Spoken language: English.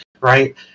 right